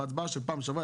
בהצבעה בפעם שעברה,